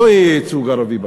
לא יהיה ייצוג ערבי בכנסת,